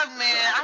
man